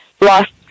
lost